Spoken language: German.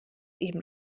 eben